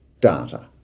data